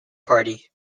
party